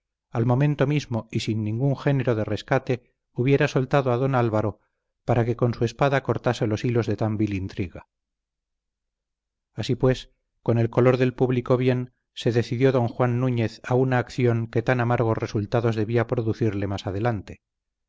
al momento mismo y sin ningún género de rescate hubiera soltado a don álvaro para que con su espada cortase los hilos de tan vil intriga así pues con el color del público bien se decidió don juan núñez a una acción que tan amargos resultados debía producirle más adelante